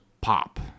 pop